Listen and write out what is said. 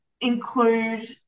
include